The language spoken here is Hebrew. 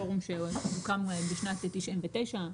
פורום שהוקם בשנת 99',